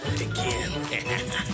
again